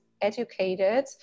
educated